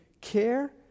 care